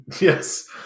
Yes